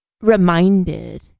reminded